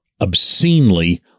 obscenely